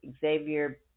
Xavier